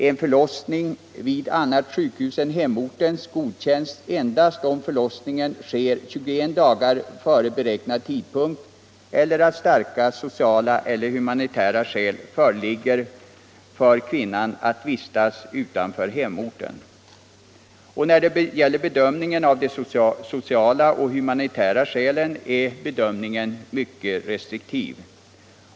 En förlossning vid annat sjukhus än hemortens godkänns endast om förlossningen sker minst 21 dagar före beräknad tidpunkt eller om starka sociala eller humanitära skäl föreligger för kvinnan att vistas utanför hemorten. Bedömningen av de sociala och humanitära skälen är mycket restriktiv.